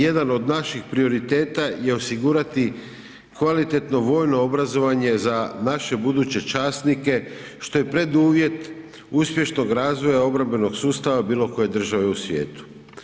Jedan od naših prioriteta je osigurati kvalitetno vojno obrazovanje za naše buduće časnike što je preduvjet uspješnog razvoja obrambenog sustava bilo koje države u svijetu.